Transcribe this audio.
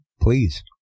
Please